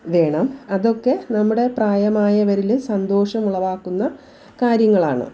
വേണം അതൊക്കെ നമ്മുടെ പ്രായമായവരിൽ സന്തോഷമുളവാക്കുന്ന കാര്യങ്ങളാണ്